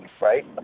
right